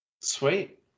Sweet